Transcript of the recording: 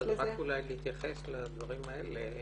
רק אולי להתייחס לדברים האלה: